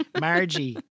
Margie